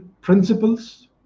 principles